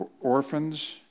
orphans